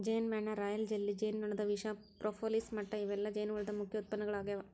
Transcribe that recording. ಜೇನಮ್ಯಾಣ, royal jelly, ಜೇನುನೊಣದ ವಿಷ, propolis ಮಟ್ಟ ಇವೆಲ್ಲ ಜೇನುಹುಳದ ಮುಖ್ಯ ಉತ್ಪನ್ನಗಳಾಗ್ಯಾವ